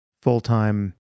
full-time